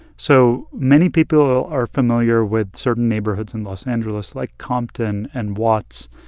so many people are familiar with certain neighborhoods in los angeles, like compton and watts,